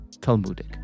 Talmudic